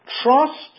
Trust